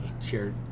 shared